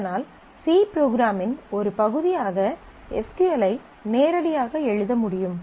இதனால் C ப்ரோக்ராமின் ஒரு பகுதியாக எஸ் க்யூ எல் ஐ நேரடியாக எழுத முடியும்